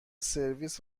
سرویس